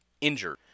injured